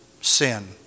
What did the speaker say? sin